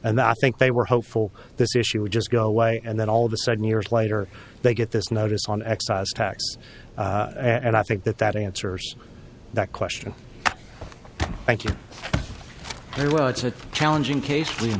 and i think they were hopeful this issue would just go away and then all of a sudden years later they get this notice on excise tax and i think that that answers that question thank you very well it's a challenging case we